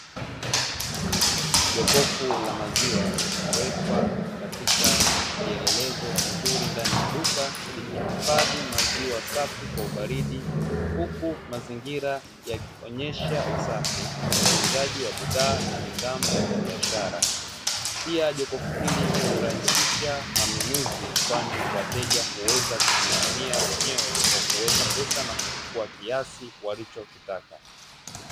Jokofu la maziwa limewekwa katika kielelezo kizuri ndani ya duka likihifadhi maziwa safi kwa ubaridi huku mazingira yakionyesha usafi, utunzaji wa bidhaa na nidhamu ya kibiashara. Pia jokofu hili hurahisisha manunuzi kwani wateja huweza kujihudumia wenyewe kwa kuweka pesa na kuchukua kiasi walichokitaka.